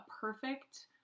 perfect